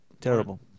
Terrible